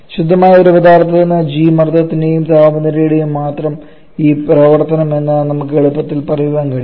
ശുദ്ധമായ ഒരു പദാർത്ഥത്തിന് G മർദ്ദത്തിന്റെയും താപനിലയുടെയും മാത്രം ഈ പ്രവർത്തനം എന്ന് നമുക്ക് എളുപ്പത്തിൽ പറയാൻ കഴിയും